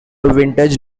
vintage